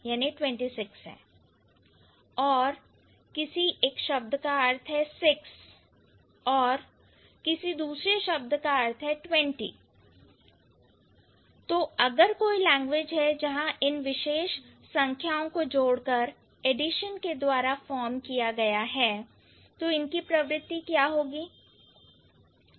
और FL का अर्थ है 6 और FL का अर्थ है 20 तो अगर कोई लैंग्वेज है जहां इन विशेष संख्याओं को जोड़कर एडिशन के द्वारा फॉर्म किया गया है तो इनकी प्रवृत्ति क्या है